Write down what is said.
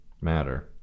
matter